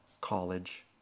college